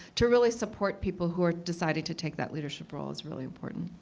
to really support people who are deciding to take that leadership role is really important.